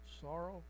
sorrow